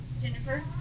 Jennifer